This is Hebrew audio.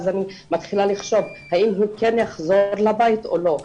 אז אני מתחילה לחשוב האם הוא כן יחזור לבית או לא.